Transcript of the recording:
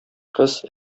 кыз